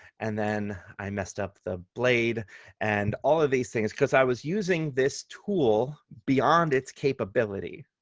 and then i messed up the blade and all of these things because i was using this tool beyond its capability,